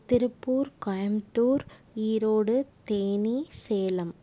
Tiruppur Coimbatore Erode Theni Salem